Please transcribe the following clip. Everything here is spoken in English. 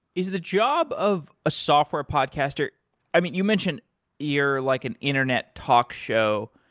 is the job of a software podcaster you mentioned you're like an internet talk show.